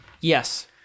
yes